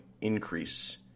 increase